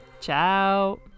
ciao